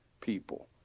people